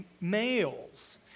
males